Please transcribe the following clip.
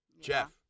Jeff